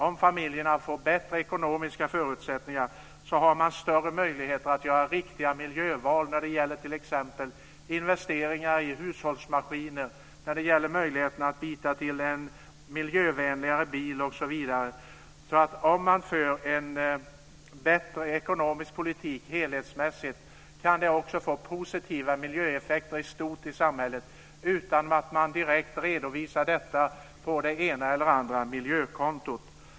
Om familjerna får bättre ekonomiska förutsättningar har de större möjligheter att göra riktiga miljöval när det gäller investeringar i hushållsmaskiner, möjligheten att byta till en miljövänligare bil osv. Alltså: Om man för en bättre ekonomisk politik helhetsmässigt kan det också få positiva miljöeffekter i stort i samhället utan att man direkt redovisar detta på det ena eller andra miljökontot.